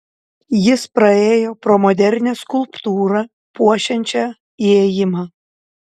jis praėjo pro modernią skulptūrą puošiančią įėjimą